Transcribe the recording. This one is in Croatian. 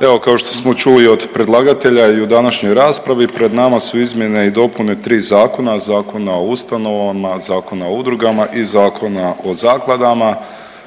Evo kao što smo čuli i od predlagatelja i u današnjoj raspravi pred nama su izmjene i dopune tri zakona, Zakona o ustanovama, Zakona o udrugama i Zakona o zakladama,